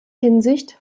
hinsicht